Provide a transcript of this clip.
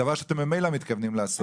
דבר שממילא אתם מתכוונים לעשות.